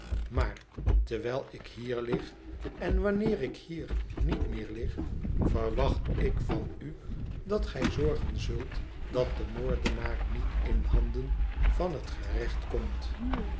maar terwijl ik hier lig en wanneer ik hier niet meer lig verwacht ik van u dat gij zorgen zult dat de moordenaar niet in handen van het gerecht komt